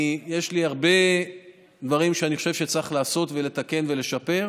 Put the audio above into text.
יש הרבה דברים שאני חושב שצריך לעשות ולתקן ולשפר,